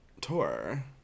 tour